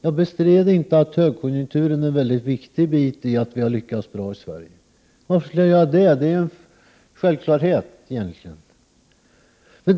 Jag bestred inte att högkonjunkturen var en mycket viktig faktor för att vi har lyckats bra i Sverige. Varför skulle jag göra det? Det är egentligen självklart.